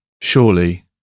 surely